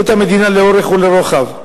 וחרשו את המדינה לאורך ולרוחב.